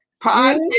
podcast